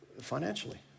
financially